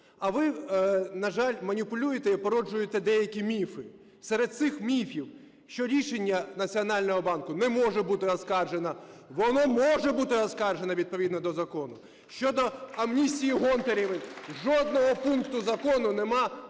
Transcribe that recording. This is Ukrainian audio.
А ви, на жаль, маніпулюєте і породжуєте деякі міфи. Серед цих міфів, що рішення Національного банку не може бути оскаржене. Воно може бути оскаржене відповідно до закону. Щодо амністії Гонтаревої, жодного пункту закону немає